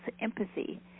empathy